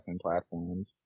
platforms